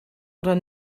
oder